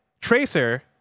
Tracer